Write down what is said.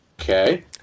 okay